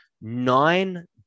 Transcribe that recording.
nine